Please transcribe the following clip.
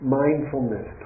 mindfulness